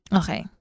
okay